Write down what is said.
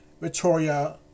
Victoria